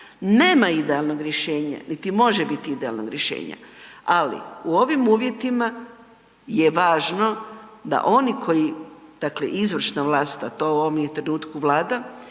Nema idealnog rješenja, niti može biti idealnog rješenja, ali u ovom uvjetima je važno da oni koji dakle izvršna vlast, a to je u ovom trenutku Vlada,